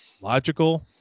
Logical